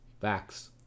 Facts